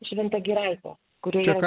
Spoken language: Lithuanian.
šventa giraitė kurioje